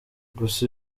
gusa